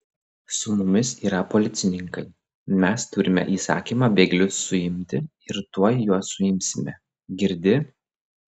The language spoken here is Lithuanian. su mumis yra policininkai mes turime įsakymą bėglius suimti ir tuoj juos suimsime girdi